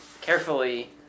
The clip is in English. carefully